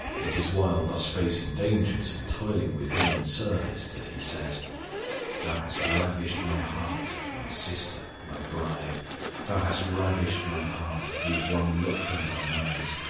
it is while thus facing dangers, and toiling with him in service, that he says thou hast ravished my heart, my sister, my bride thou hast ravished my heart with one look from thine eyes,